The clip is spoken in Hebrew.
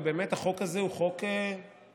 ובאמת החוק הזה הוא חוק שעלה,